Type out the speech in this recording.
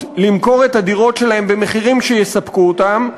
למכור את הדירות שלהם במחירים שיספקו אותם,